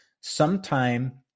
Sometime